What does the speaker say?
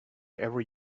every